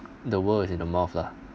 the world is in the mouth lah